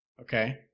Okay